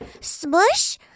Smush